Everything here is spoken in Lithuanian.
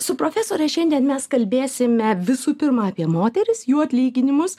su profesore šiandien mes kalbėsime visų pirma apie moteris jų atlyginimus